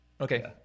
Okay